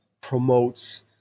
promotes